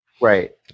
Right